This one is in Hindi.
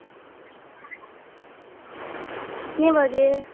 कितने बजे